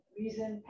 reason